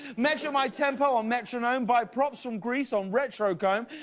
measure my tempo on metronome, buy props from grease on retro comb.